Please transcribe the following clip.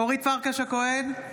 אורית פרקש הכהן,